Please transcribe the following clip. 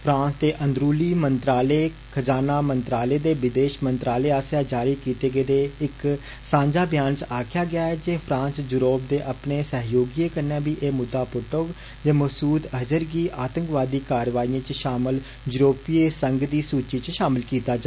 France दे अंदरुनी मंत्रालय खज़ाना मंत्रालय ते विदेष मंत्रालय आस्सेआ जारी कीते गेदे इक सांझा ब्यान च आक्खेआ गेआ ऐ जे फ्रांस यूरोप दे अपने सैहयोगिएं कन्नै बी एह् मुद्दा पुट्टग जे मसूद अज़हर गी आतंकवादी कारवाईएं च षामल यूरोपियन संघ दी सूचि च षामल कीता जा